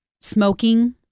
smoking